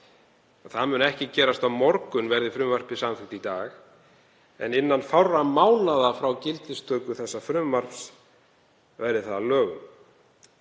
Það mun ekki gerast á morgun verði frumvarpið samþykkt í dag en innan fárra mánaða frá gildistöku þess verði það að